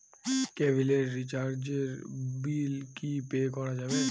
কেবিলের রিচার্জের বিল কি পে করা যাবে?